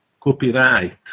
copyright